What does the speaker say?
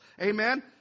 Amen